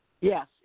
Yes